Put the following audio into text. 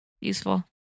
Useful